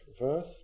verse